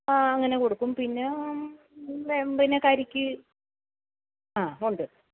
ആ അങ്ങനെ കൊടുക്കും പിന്നെ പിന്നെ കരിക്ക് ആ ഉണ്ട്